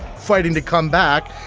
fighting to come back,